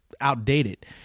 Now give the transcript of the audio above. outdated